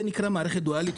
זה נקרא מערכת דואלית,